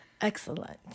excellent